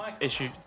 issue